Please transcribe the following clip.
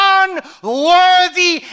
unworthy